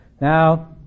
Now